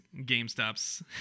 GameStop's